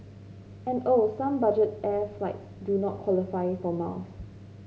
and oh some budget air flights do not qualify for miles